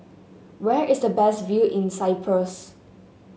where is the best view in Cyprus